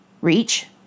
reach